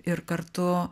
ir kartu